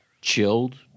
chilled